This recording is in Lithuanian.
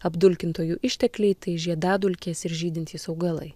apdulkintojų ištekliai tai žiedadulkės ir žydintys augalai